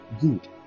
Good